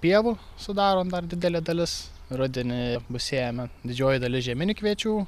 pievų sudaro dar didelė dalis rudenį pasėjome didžioji dalis žieminių kviečių